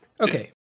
Okay